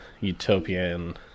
Utopian